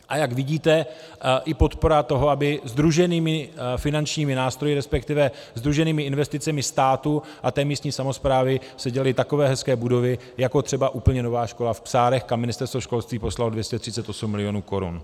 A jak vidíte, i podpora toho, aby sdruženými finančními nástroji, respektive sdruženými investicemi státu a té místní samosprávy, se děly takové hezké budovy jako třeba úplně nová škola v Psárech, kam Ministerstvo školství poslalo 238 milionů korun.